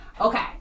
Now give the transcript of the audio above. Okay